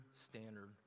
standard